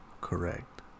Correct